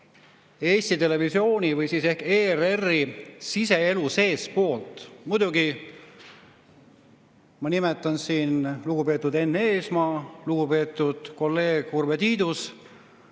Eesti Televisiooni või ERR‑i siseelu seestpoolt. Muidugi ma nimetan siin lugupeetud Enn Eesmaad ja lugupeetud kolleegi Urve Tiidust.